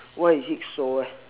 why is it so eh